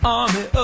army